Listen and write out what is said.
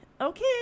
okay